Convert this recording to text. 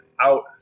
out